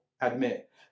admit